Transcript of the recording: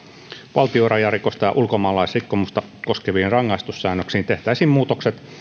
valtionrajarikosta ja ulkomaalaisrikkomusta koskeviin rangaistussäännöksiin tehtäisiin muutokset